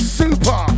super